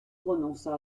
renonça